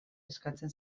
eskatzen